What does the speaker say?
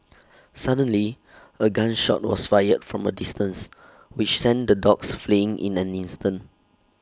suddenly A gun shot was fired from A distance which sent the dogs fleeing in an instant